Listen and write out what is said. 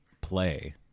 play